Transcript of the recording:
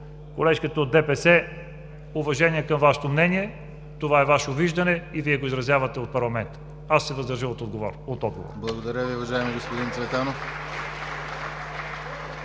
колежката от ДПС – уважение към Вашето мнение, това е Ваше виждане и Вие го изразявате в парламента. Аз ще се въздържа от отговор.